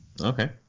Okay